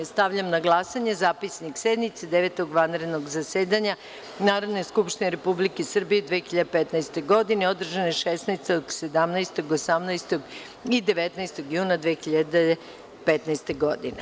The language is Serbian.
Stavljam na glasanje Zapisnik sednice 9. vanrednog zasedanja Narodne skupštine Republike Srbije u 2015. godini, održane 16, 17, 18. i 19. juna 2015. godine.